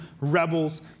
rebels